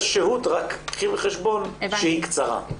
יש שהות, רק קחי בחשבון שהיא קצרה.